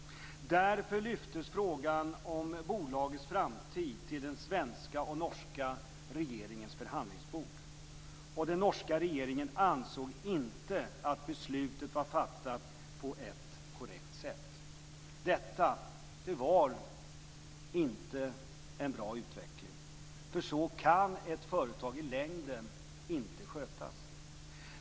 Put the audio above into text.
Därför lyftes frågan om bolagets framtid på den svenska och den norska regeringens förhandlingsbord. Den norska regeringen ansåg inte att beslutet var fattat på ett korrekt sätt. Detta var inte en bra utveckling, för så kan ett företag i längden inte skötas.